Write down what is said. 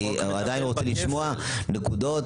אני עדיין רוצה לשמוע נקודות,